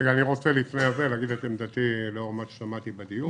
אני רוצה להגיד את עמדתי לאור מה ששמעתי בדיון.